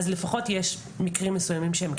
אז לפחות יש מקרים מסוימים שהם כן